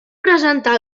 presentar